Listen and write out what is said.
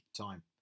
time